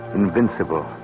invincible